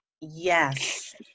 Yes